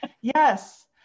yes